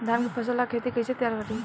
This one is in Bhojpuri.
धान के फ़सल ला खेती कइसे तैयार करी?